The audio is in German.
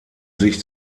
sich